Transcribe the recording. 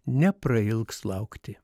neprailgs laukti